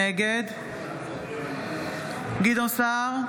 נגד גדעון סער,